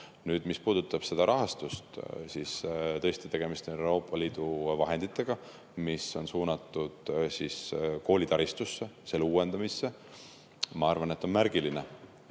valida. Mis puudutab rahastust, siis tõesti, tegemist on Euroopa Liidu vahenditega, mis on suunatud koolitaristusse ja selle uuendamisse. Ma arvan, et on märgiline,